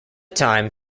time